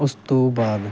ਉਸ ਤੋਂ ਬਾਅਦ